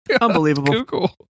Unbelievable